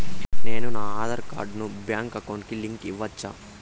నేను నా ఆధార్ కార్డును బ్యాంకు అకౌంట్ కి లింకు ఇవ్వొచ్చా?